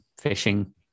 fishing